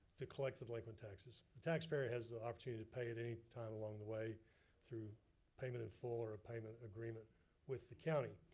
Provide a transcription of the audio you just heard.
to collect the delinquent taxes. the taxpayer has the opportunity to pay at any time along the way through payment in full or payment agreement with the county.